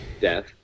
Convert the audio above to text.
death